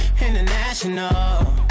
International